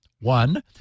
one